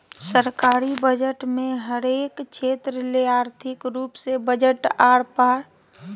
सरकारी बजट मे हरेक क्षेत्र ले आर्थिक रूप से बजट आर पैसा आवंटन करल जा हय